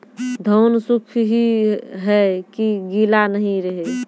धान सुख ही है की गीला नहीं रहे?